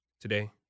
today